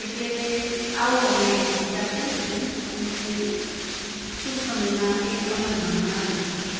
એટલે આવો અમે એક વિચાર કર્યો છે અને ટૂંક સમયમાં એ અમલમાં પણ આવી જશે